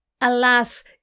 Alas